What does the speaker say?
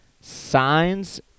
signs